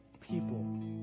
people